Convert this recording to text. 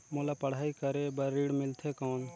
मोला पढ़ाई करे बर ऋण मिलथे कौन?